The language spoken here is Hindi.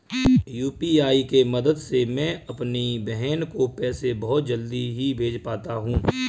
यू.पी.आई के मदद से मैं अपनी बहन को पैसे बहुत जल्दी ही भेज पाता हूं